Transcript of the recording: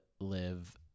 live